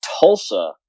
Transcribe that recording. Tulsa